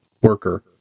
worker